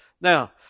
Now